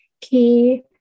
key